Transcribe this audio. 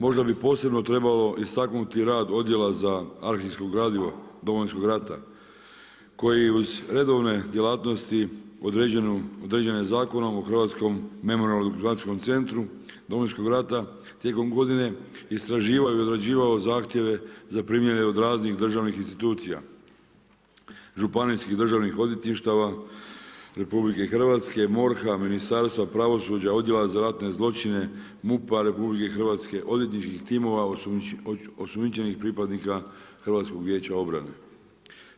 Možda bi posebno trebalo istaknuti rad Odjela za arhivsko gradivo Domovinskog rata koji uz redovne djelatnosti, određene Zakonom o Hrvatskom memorijalno-dokumentacijskom centru Domovinskog rata tijekom godina istraživao i uređivao zahtjeve zaprimljene od raznih državnih institucija, županijskih državnih odvjetništava RH, MORH-a, Ministarstva pravosuđa, Odjela za ratne zločine, MUP-a RH, odvjetničkih timova, osumnjičenih pripadnika HVO-a.